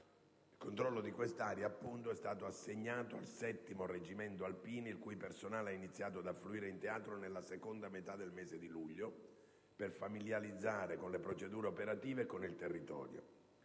Tale controllo è stato assegnato al 7° Reggimento Alpini, il cui personale ha iniziato ad affluire in teatro nella seconda metà del mese di luglio per familiarizzare con le procedure operative e con il territorio.